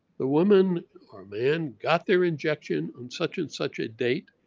the woman or man got their injection on such and such a date.